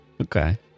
okay